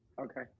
Okay